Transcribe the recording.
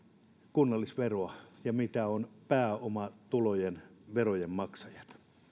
kunnallisveroa ja pääomatulojen verojen maksajista